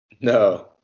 No